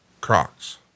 Crocs